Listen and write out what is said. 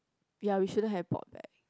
ya we shouldn't have bought back